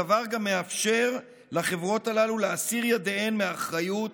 הדבר גם מאפשר לחברות הללו להסיר ידיהן מאחריות